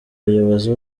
bayobozi